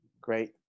Great